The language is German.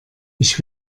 ich